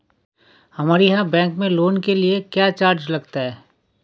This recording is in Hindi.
हमारे यहाँ बैंकों में लोन के लिए क्या चार्ज लगता है?